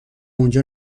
اونجا